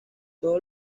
todos